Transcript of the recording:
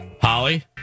holly